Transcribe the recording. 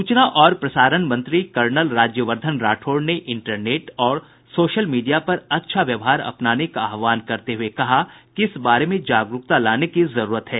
सूचना और प्रसारण मंत्री कर्नल राज्यवर्धन राठौड़ ने इंटरनेट और सोशल मीडिया पर अच्छा व्यवहार अपनाने का आहवान करते हुए कहा कि इस बारे में जागरूकता लाने की जरूरत है